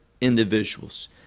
individuals